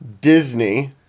Disney